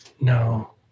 No